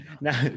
Now